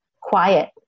quiet